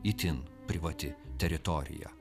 itin privati teritorija